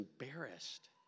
embarrassed